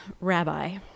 rabbi